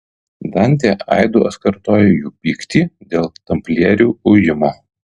dantė aidu atkartoja jų pyktį dėl tamplierių ujimo